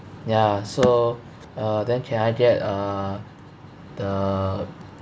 ya so uh then can I get a the